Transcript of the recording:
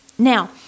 Now